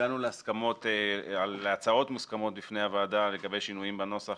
הגענו להצעות מוסכמות בפני הוועדה לגבי שינויים בנוסח